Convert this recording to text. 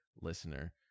listener